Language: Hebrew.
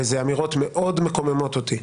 ואלה אמירות מאוד מקוממות אותי,